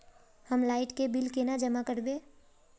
हम लाइट के बिल केना जमा करबे?